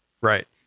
Right